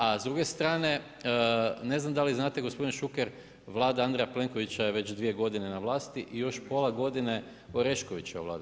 A s druge strane, ne znam da li znate gospodin Šuker, Vlada Andreja Plenkovića je već dvije godine na vlasti i još pola godine Oreškovićeva Vlada.